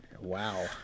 Wow